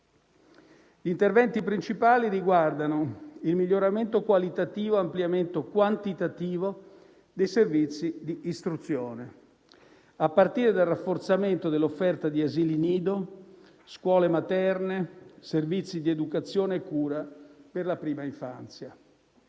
Gli interventi principali riguardano il miglioramento qualitativo e l'ampliamento quantitativo dei servizi di istruzione, a partire dal rafforzamento dell'offerta di asili nido, scuole materne e servizi di educazione e cura per la prima infanzia,